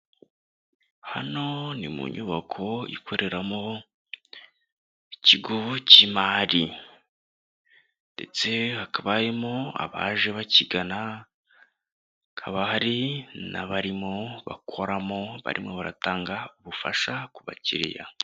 Hano ni mu nyubako ikoreramo ikigo cy'imari, ndetse hakaba harimo abaje bakigana hakaba hari n'abarimo bakoramo barimo baratanga ubufasha ku bakiriya.